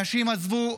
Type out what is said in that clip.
אנשים עזבו,